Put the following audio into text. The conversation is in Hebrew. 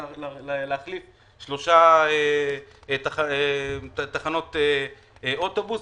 צריך להחליף שלוש תחנות אוטובוס,